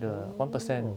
oh